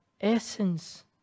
essence